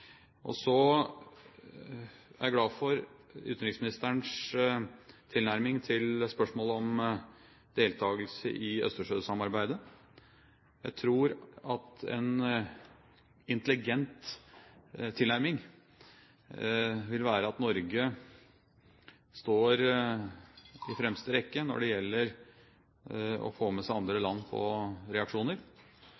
Så er jeg glad for utenriksministerens tilnærming til spørsmålet om deltakelse i Østersjøsamarbeidet. Jeg tror at en intelligent tilnærming vil være at Norge står i fremste rekke når det gjelder å få med seg andre